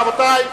רבותי,